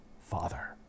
father